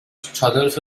چادرت